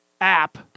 app